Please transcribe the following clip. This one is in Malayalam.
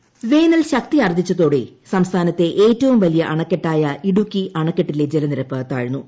ഇടുക്കി ഡാം വേനൽ ശക്തിയാർജ്ജിച്ചതോടെ സംസ്ഥാനത്തെ ഏറ്റവും വലിയ അണക്കെട്ടായ ഇടുക്കി അണക്കെട്ടിലെ ജലനിരപ്പ് താഴ്ന്നു